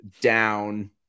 down